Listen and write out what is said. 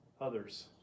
Others